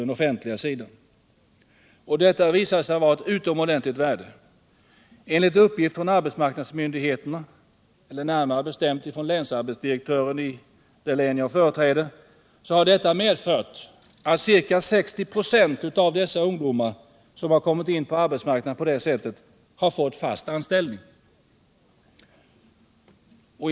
Denna åtgärd visade sig vara av utomordentligt värde. Enligt uppgift från arbetsmarknadsmyndigheterna — närmare bestämt från länsarbetsdirektören i det län jag företräder, Blekinge — har detta medfört att ca 60 96 av de ungdomar som kommit in på arbetsmarknaden på detta sätt har fått fast anställning.